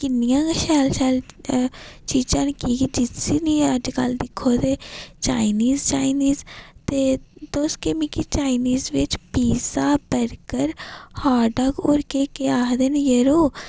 कि किन्नियां गै शैल शैल चीजां न की जे जिसी बी अजकल दिक्खो ते चाईनीज चाईनीज ते तुस केह् मिगी चाईनीज बिच पीजा बर्गर हाटडाग होर केह् केह् आखदे न जरो